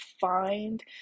find